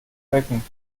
wecken